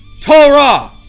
Torah